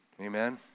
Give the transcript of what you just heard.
amen